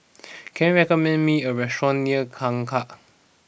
can you recommend me a restaurant near Kangkar